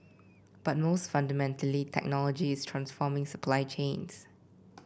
but most fundamentally technology is transforming supply chains